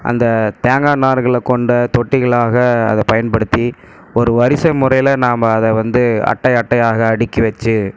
அந்த தேங்காய் நார்கள கொண்ட தொட்டிகளாக அதை பயன்படுத்தி ஒரு வரிசை முறையில் நாம் அதை வந்து அட்டை அட்டையாக அடுக்கி வெச்சு